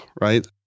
right